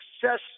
success